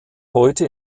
heute